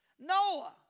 Noah